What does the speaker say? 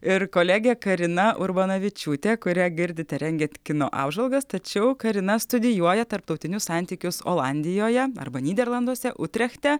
ir kolegė karina urbanavičiūtė kurią girdite rengiant kino apžvalgas tačiau karina studijuoja tarptautinius santykius olandijoje arba nyderlanduose utrechte